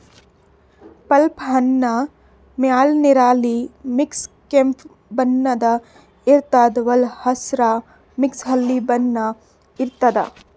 plum ಹಣ್ಣ್ ಮ್ಯಾಲ್ ನೆರಳಿ ಮಿಕ್ಸ್ ಕೆಂಪ್ ಬಣ್ಣದ್ ಇರ್ತದ್ ವಳ್ಗ್ ಹಸ್ರ್ ಮಿಕ್ಸ್ ಹಳ್ದಿ ಬಣ್ಣ ಇರ್ತದ್